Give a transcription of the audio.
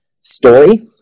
story